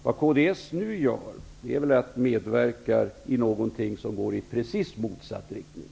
Vad kds nu gör är att medverka i någonting som går i precis motsatt riktning.